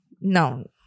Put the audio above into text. No